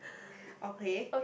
okay